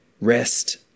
rest